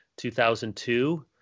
2002